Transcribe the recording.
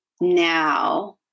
now